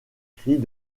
cris